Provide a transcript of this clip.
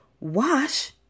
wash